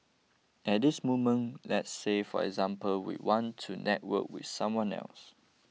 at this moment let's say for example we want to network with someone else